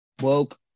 woke